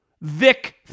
Vic